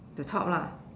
the top lah